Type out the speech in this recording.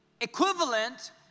equivalent